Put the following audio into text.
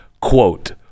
quote